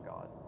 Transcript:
God